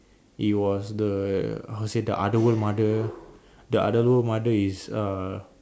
it was the how you say the other world mother the other world mother is err